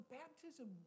baptism